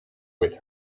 with